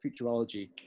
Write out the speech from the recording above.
futurology